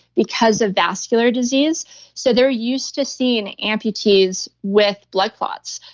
because of vascular disease so they're used to seeing amputees with blood clots.